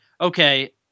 okay